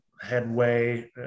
headway